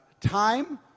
time